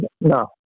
no